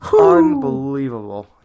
Unbelievable